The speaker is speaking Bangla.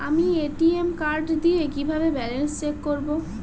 আমি এ.টি.এম কার্ড দিয়ে কিভাবে ব্যালেন্স চেক করব?